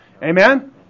Amen